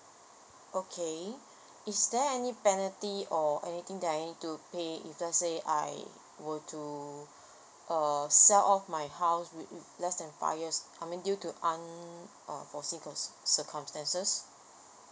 okay is there any penalty or anything that I need to pay if let's say I were to err sell off my house with~ with~ less than five years I mean due to un~ uh foreseen circumstances